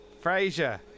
Frasier